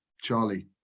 Charlie